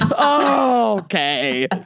Okay